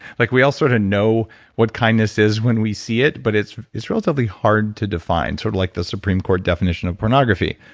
like we all sort of know what kindness is when we see it, but it's it's relatively hard to define, sort of like the supreme court definitely and of pornography.